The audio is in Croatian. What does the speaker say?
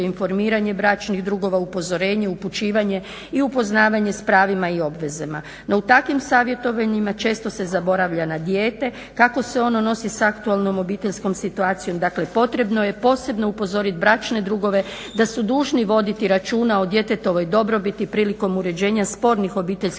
informiranje bračnih drugova, upozorenje, upućivanje i upoznavanje s pravima i obvezama. No u takvim savjetovanjima često se zaboravlja na dijete, kako se ono nosi sa aktualnom obiteljskom situacijom. Dakle potrebno je posebno upozoriti bračne drugove da su dužni voditi računa o djetetovoj dobrobiti prilikom uređenje spornih obiteljskih